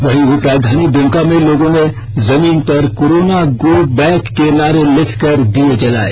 वहीं उपराजधानी दुमका में लोगों ने जमीन पर कोरोना गो बैक के नारे लिख कर दीय जलाए